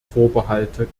vorbehalte